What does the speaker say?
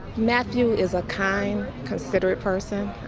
matthew is a kind, considerate person,